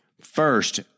First